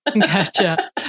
gotcha